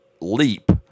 leap